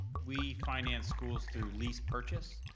we finance schools through lease purchase,